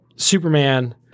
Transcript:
Superman